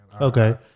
Okay